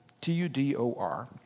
T-U-D-O-R